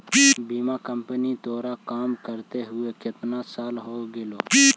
बीमा कंपनी में तोरा काम करते हुए केतना साल हो गेलो